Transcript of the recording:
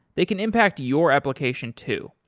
they can impact your application too.